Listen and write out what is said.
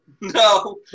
no